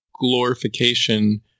glorification